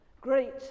Great